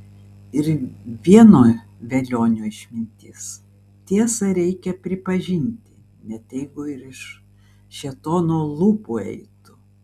ir vieno velionio išmintis tiesą reikia pripažinti net jeigu ir iš šėtono lūpų eitų